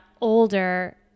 older